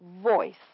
voice